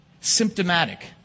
symptomatic